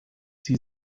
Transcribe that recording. sie